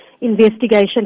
investigation